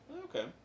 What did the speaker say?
okay